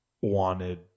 wanted